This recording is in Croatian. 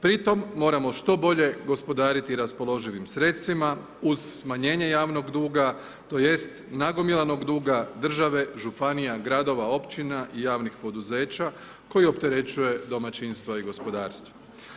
Pri tom moramo što bolje gospodariti raspoloživim sredstvima uz smanjenje javnog duga tj. nagomilanog duga države, županija, gradova, općina i javnih poduzeća koji opterećuje domaćinstva i gospodarstvo.